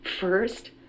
first